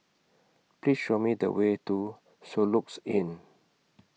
Please Show Me The Way to Soluxe Inn